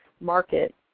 market